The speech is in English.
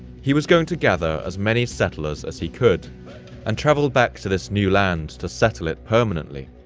he was going to gather as many settlers as he could and travel back to this new land to settle it permanently.